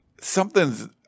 something's